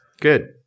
Good